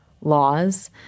Laws